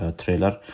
trailer